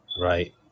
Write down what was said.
right